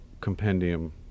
compendium